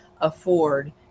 afford